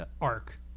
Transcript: arc